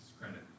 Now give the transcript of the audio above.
credit